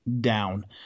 down